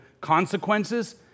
consequences